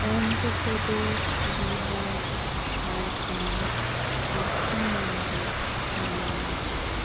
Andhra Pradesh Bihar Jharkhand Paschimbanga Tamil Nadu